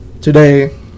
today